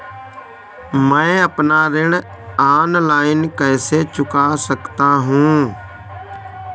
मैं अपना ऋण ऑनलाइन कैसे चुका सकता हूँ?